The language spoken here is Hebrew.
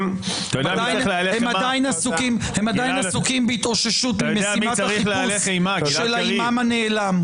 הם עדיין עסוקים בהתאוששות ממשימת החיפוש של האימאם הנעלם.